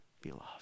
beloved